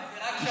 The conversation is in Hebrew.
1. אבל חמד,